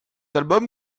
album